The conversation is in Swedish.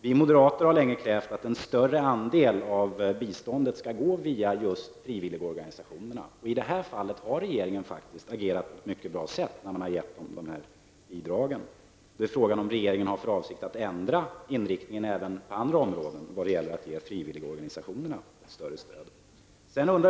Vi moderater har länge krävt att en större andel av biståndet skall gå via frivilligorganisationerna. I det här fallet har regeringen agerat på ett mycket bra sätt när dessa organisationer har fått bidrag. Frågan är om regeringen har för avsikt att ändra inriktningen även på andra områden vad gäller att ge frivilligorganisationerna ett större stöd.